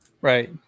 Right